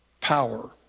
Power